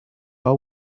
are